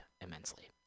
immensely